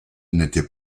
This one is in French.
n’était